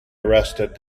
arrested